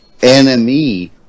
NME